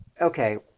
Okay